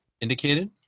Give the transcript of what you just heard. indicated